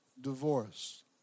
divorce